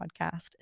podcast